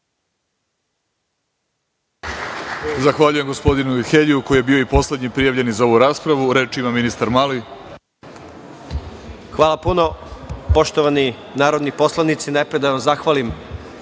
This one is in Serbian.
Zahvaljujem gospodinu Ujheljiju, koji je bio i poslednji prijavljeni za ovu raspravu. Reč ima ministar Mali. **Siniša Mali** Hvala puno. Poštovani narodni poslanici, najpre da vam zahvalim